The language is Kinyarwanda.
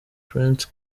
prince